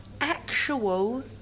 actual